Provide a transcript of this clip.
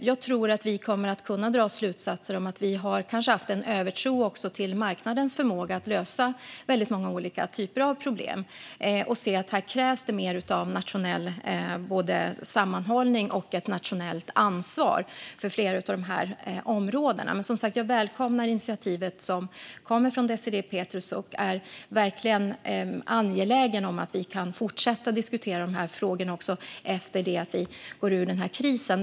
Jag tror att vi kommer att kunna dra slutsatser om att vi kanske har haft en övertro till marknadens förmåga att lösa många olika typer av problem och att vi kommer att se att det krävs större nationell sammanhållning och ett nationellt ansvar för flera av dessa områden. Jag välkomnar som sagt det initiativ som kommer från Désirée Pethrus och är verkligen angelägen om att vi kan fortsätta att diskutera dessa frågor efter att vi har gått ur krisen.